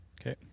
okay